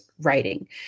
writing